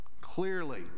clearly